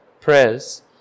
Prayers